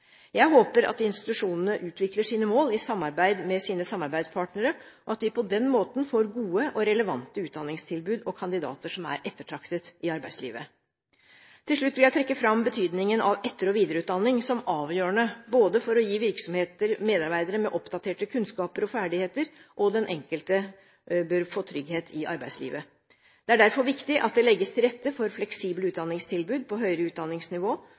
Jeg håper at institusjonene utvikler sine mål i samarbeid med sine samarbeidspartnere, og at vi på den måten får gode og relevante utdanningstilbud og kandidater som er ettertraktet i arbeidslivet. Til slutt vil jeg trekke fram betydningen av etter- og videreutdanning som avgjørende både for å gi virksomheter medarbeidere med oppdaterte kunnskaper og ferdigheter, og for å gi den enkelte trygghet i arbeidslivet. Det er derfor viktig at det legges til rette for fleksible utdanningstilbud på høyere utdanningsnivå,